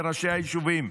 לראשי היישובים,